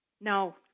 No